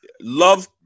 Love